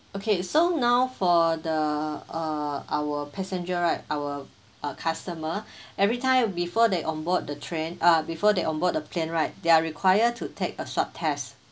okay so now for the uh our passenger right our uh customer every time before they on board the train uh before they on board the plane right they are required to take a short test